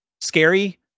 scary